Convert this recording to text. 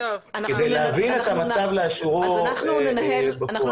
כדי להבין את המצב לאשורו בפועל.